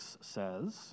says